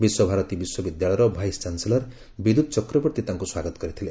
ବିଶ୍ୱଭାରତୀ ବିଶ୍ୱବିଦ୍ୟାଳୟର vice chancellor Bidyut Chakraborty ତାଙ୍କୁ ସ୍ୱାଗତ କରିଥିଲେ